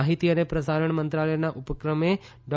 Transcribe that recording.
માહિતી અને પ્રસારણા મંત્રાલયના ઉપક્રમે ડો